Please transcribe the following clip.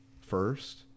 first